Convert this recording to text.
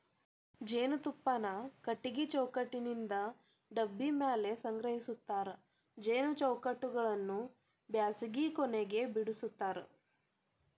ಜೇನುತುಪ್ಪಾನ ಕಟಗಿ ಚೌಕಟ್ಟನಿಂತ ಡಬ್ಬಿ ಮ್ಯಾಲೆ ಸಂಗ್ರಹಸ್ತಾರ ಜೇನು ಚೌಕಟ್ಟಗಳನ್ನ ಬ್ಯಾಸಗಿ ಕೊನೆಗ ಬಿಡಸ್ತಾರ